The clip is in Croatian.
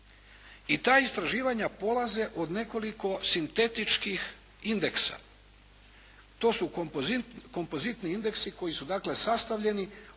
I ta istraživanja polaze od nekoliko sintetičkih indeksa. To su kompozitni indeksi koji su sastavljeni